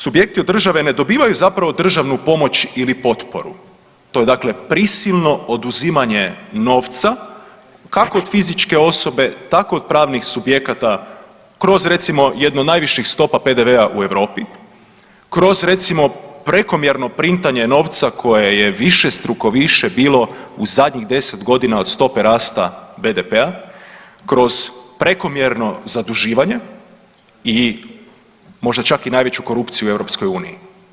Subjekti od države ne dobivaju zapravo državnu pomoć ili potporu, to je dakle prisilno oduzimanje novca kako od fizičke osobe tako od pravnih subjekata kroz recimo jednu od najviših stopa PDV-a u Europi, kroz recimo prekomjerno printanje novca koje je višestruko više bilo u zadnjih 10.g. od stope rasta BDP-a, kroz prekomjerno zaduživanje i možda čak i najveću korupciju u EU.